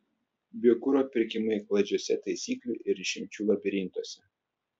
biokuro pirkimai klaidžiuose taisyklių ir išimčių labirintuose